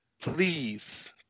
please